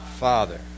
Father